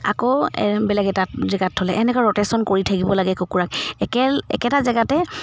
আকৌ বেলেগ এটাত জেগাত থ'লে এনেকৈ ৰ'টেশ্যন কৰি থাকিব লাগে কুকুৰাক একেল একেটা জেগাতে